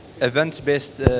events-based